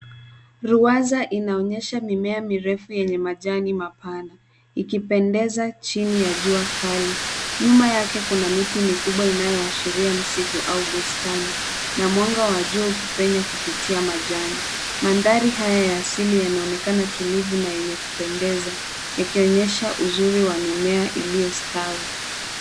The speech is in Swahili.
Ruwaza inaonyesha mimea mirefu yenye majani mapana ikipendeza chini ya jua kali. nyuma yake kuna miti mikubwa inayoashiria msitu au bustani na mwanga wa jua ukipenya kupitia majani. Mandhari haya ya asili yanaonekana tulivu na yenye kupendeza yakionyesha uzuri wa mimea iliyostawi.